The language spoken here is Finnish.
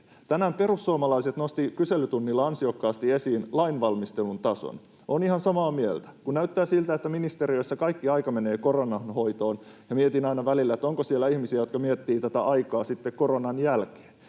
Tänään perussuomalaiset nostivat kyselytunnilla ansiokkaasti esiin lainvalmistelun tason. Olen ihan samaa mieltä. Kun näyttää siltä, että ministeriössä kaikki aika menee koronan hoitoon, ja mietin aina välillä, onko siellä ihmisiä, jotka miettivät aikaa sitten koronan jälkeen,